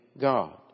God